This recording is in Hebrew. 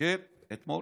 כן, אתמול.